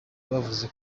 bavuze